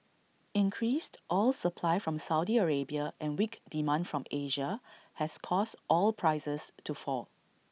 increased oil supply from Saudi Arabia and weak demand from Asia has caused oil prices to fall